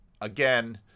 again